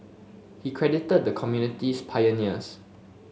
he credited the community's pioneers